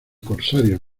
corsarios